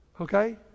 Okay